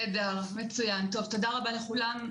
תודה רבה לכולם,